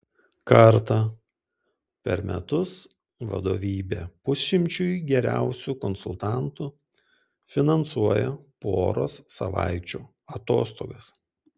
kartą per metus vadovybė pusšimčiui geriausių konsultantų finansuoja poros savaičių atostogas